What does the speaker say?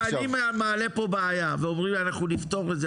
אם אני מעלה פה בעיה ואומרים לי אנחנו נפתור את זה,